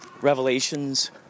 revelations